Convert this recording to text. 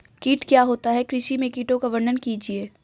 कीट क्या होता है कृषि में कीटों का वर्णन कीजिए?